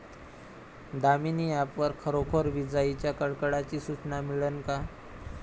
Damini app वर खरोखर विजाइच्या कडकडाटाची सूचना मिळन का?